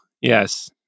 yes